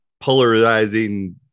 polarizing